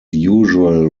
usual